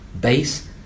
base